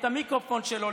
את המיקרופון שלו,